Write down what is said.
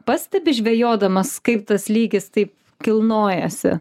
pastebi žvejodamas kaip tas lygis taip kilnojasi